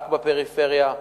רק בפריפריה,